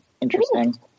interesting